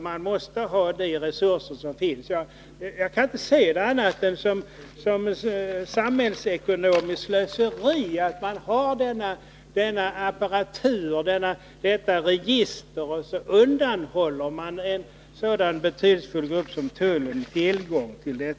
Man måste ha tillgång till de resurser som finns. Jag kan inte se det annat än som samhällsekonomiskt slöseri att man undanhåller en så betydelsefull grupp som tullen tillgång till ASP-registret.